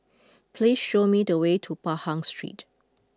please show me the way to Pahang Street